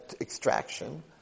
extraction